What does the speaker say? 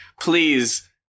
Please